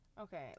okay